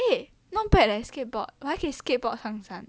eh not bad leh skateboard 我还可以 skateboard 上山